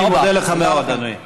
אני מודה לך מאוד, אדוני.